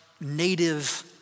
native